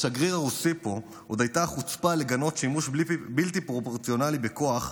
לשגריר הרוסי פה עוד הייתה החוצפה לגנות שימוש בלתי פרופורציונלי בכוח,